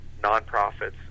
nonprofits